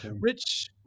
Rich